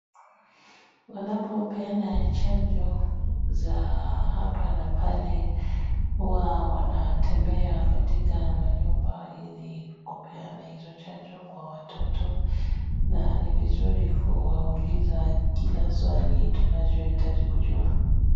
Wanapopeana chanjo za hapa na pale huwa wanatembea katika manyumba ili kupeana hizo chanjo kwa watoto na ni vizuri kuwauliza kila swali tunacho hitaji kujua.